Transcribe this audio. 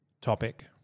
topic